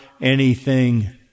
anything